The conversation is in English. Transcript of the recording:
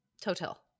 Total